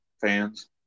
fans